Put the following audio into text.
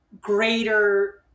greater